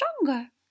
stronger